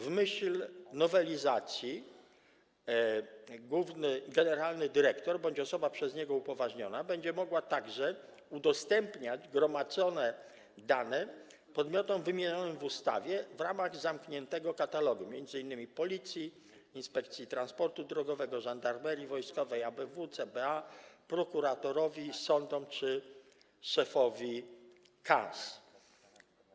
W myśl nowelizacji generalny dyrektor bądź osoba przez niego upoważniona będą mogli także udostępniać gromadzone dane podmiotom wymienionym w ustawie w ramach zamkniętego katalogu, m.in. Policji, Inspekcji Transportu Drogowego, Żandarmerii Wojskowej, ABW, CBA, prokuratorowi, sądom czy szefowi KAS.